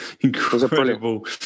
incredible